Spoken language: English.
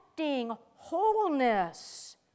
wholeness